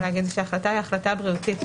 ההחלטה היא החלטה בריאותית.